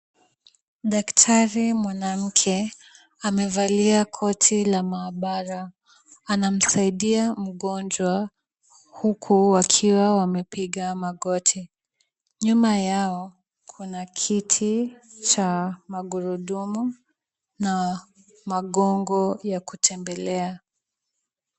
Daktari mwanamke amevalia koti la maabara. Anamsaidia mgonjwa huku wakiwa wamepiga magoti. Nyuma yao kuna kiti cha magurudumu na magongo ya kutembelea.